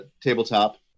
tabletop